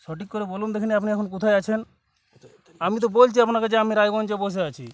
সঠিক করে বলুন দেখিনি আপনি এখন কোথায় আছেন আমি তো বলছি আপনাকে যে আমি রায়গঞ্জে বসে আছি